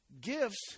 gifts